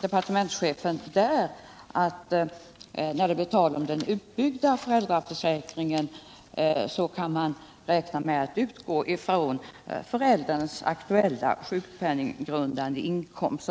departementschefen när det blir tal om den utbyggda föräldraförsäkringen att man vid beräkningen av kompensation skall kunna utgå från förälderns aktuella sjukpenninggrundande inkomst.